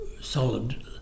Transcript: solid